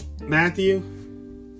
Matthew